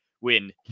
win